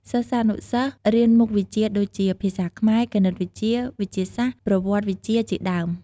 សិស្សានុសិស្សរៀនមុខវិជ្ជាដូចជា ភាសាខ្មែរ គណិតវិទ្យា វិទ្យាសាស្ត្រ ប្រវត្តិវិទ្យា ជាដើម។